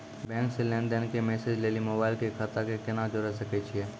Bank से लेंन देंन के मैसेज लेली मोबाइल के खाता के केना जोड़े सकय छियै?